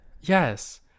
Yes